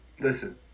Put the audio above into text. Listen